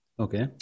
Okay